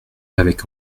avec